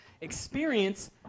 experience